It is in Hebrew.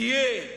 תהיה מנהיג,